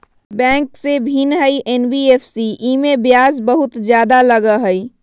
Bank से भिन्न हई एन.बी.एफ.सी इमे ब्याज बहुत ज्यादा लगहई?